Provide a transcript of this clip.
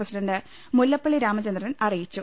president Mullappally Ramachandran അറിയിച്ചു